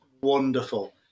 wonderful